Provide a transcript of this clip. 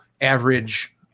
average